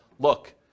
look